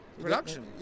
production